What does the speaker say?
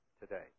today